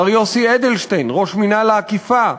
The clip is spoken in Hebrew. מר יוסי אדלשטיין, ראש מינהל האכיפה,